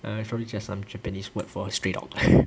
uh surely just some japanese word for stray dog